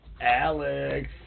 Alex